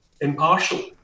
impartial